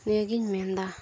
ᱱᱤᱭᱟᱹᱜᱤᱧ ᱢᱮᱱᱫᱟ